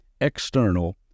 external